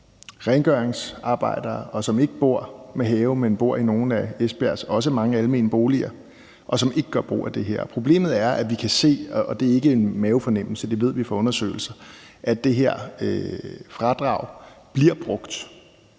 rengøringsmedarbejdere, som ikke bor med have, men bor i nogle af Esbjergs også mange almene boliger, og som ikke gør brug af det her. Problemet er, at vi kan se – og det er ikke en mavefornemmelse, for det ved vi fra undersøgelser – at brugen af det her fradrag stiger med